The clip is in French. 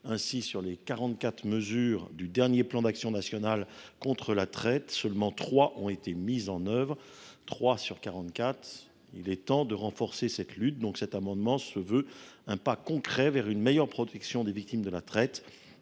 Ainsi, sur les 44 mesures du dernier plan d’action national contre la traite des êtres humains, seulement 3 ont été mis en œuvre : 3 sur 44 ! Il est temps de renforcer cette lutte. Les dispositions de cet amendement se veulent un pas concret vers une meilleure protection des victimes de la traite